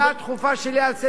השאלה הדחופה שלך על סדר-היום?